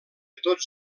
tots